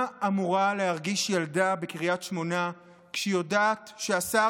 מה אמורה להרגיש ילדה בקריית שמונה כשהיא יודעת שהשר